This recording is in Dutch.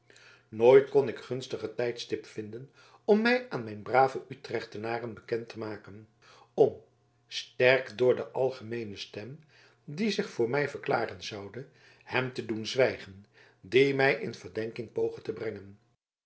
nooit kon ik gunstiger tijdstip vinden om mij aan mijn brave utrechtenaren bekend te maken om sterk door de algemeene stem die zich voor mij verklaren zoude hem te doen zwijgen die mij in verdenking poogde te brengen